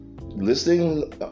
listening